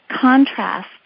contrast